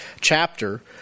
chapter